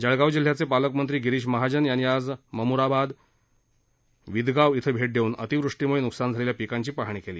जळगाव जिल्ह्याच पालकमव्वी गिरीश महाजन याव्वी आज ममुराबाद विदगाव इथं भव्व दरून अतिवृष्टीम्रळ न्कसान झालख्या पीकाखी पाहणी कली